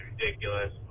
ridiculous